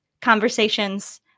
conversations